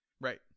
right